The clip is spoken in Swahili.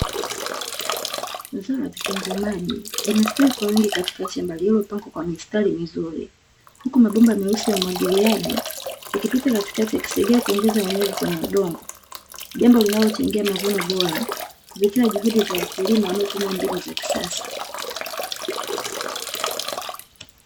Zao la vitungu maji vimestawi kwa wingi katika shamba lililopangwa kwa mistari mizuri. Huku mabomba meusi ya umwagiliaji yakipita katikati yakisaidia kuongeza unyevu kwenye udongo, jambo linalochangia mavuno bora kupitia juhudi za wakulima wanaotumia mbinu za kisasa.